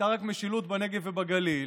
הייתה רק משילות בנגב ובגליל.